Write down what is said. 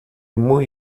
muy